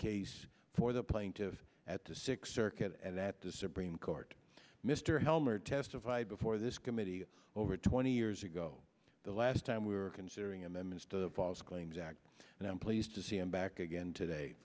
case for the plaintive at the six circuit and that the supreme court mr helmer testified before this committee over twenty years ago the last time we were considering amendments to the false claims act and i'm pleased to see him back